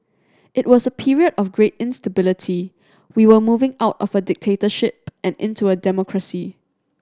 it was a period of great instability we were moving out of a dictatorship and into a democracy